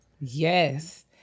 Yes